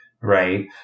right